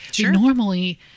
Normally